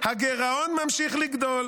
הגירעון ממשיך לגדול,